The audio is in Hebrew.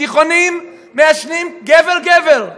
בתיכונים מעשנים, גבר-גבר.